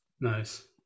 Nice